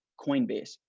Coinbase